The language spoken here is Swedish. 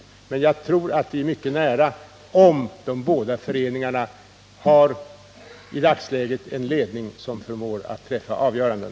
Jag tror dock att vi är mycket nära om bara de båda föreningarna i dagsläget har en ledning som förmår att träffa avgöranden.